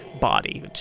body